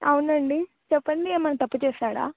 అవునండి చెప్పండి ఏమన్నా తప్పు చేశాడా